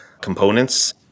components